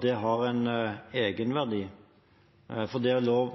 det har en egenverdi.